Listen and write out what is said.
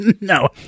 No